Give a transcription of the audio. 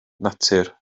natur